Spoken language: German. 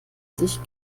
sich